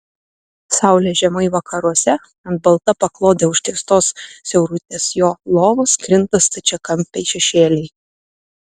saulė žemai vakaruose ant balta paklode užtiestos siaurutės jo lovos krinta stačiakampiai šešėliai